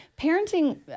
parenting